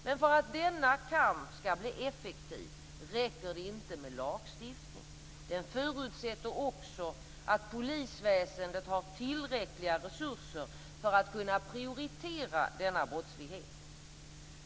Men för att denna kamp skall bli effektiv räcker det inte med lagstiftning. Den förutsätter också att polisväsendet har tillräckliga resurser för att kunna prioritera denna brottslighet.